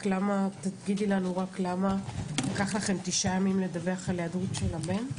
תגידי לנו למה לקח לכם תשעה ימים לדווח על ההיעדרות של הבן?